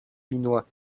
minois